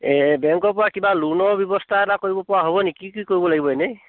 এই বেংকৰ পৰা কিবা লোণৰ ব্যৱস্থা এটা কৰিব পৰা হ'ব নেকি কি কি কৰিব লাগিব এনেই